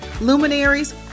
luminaries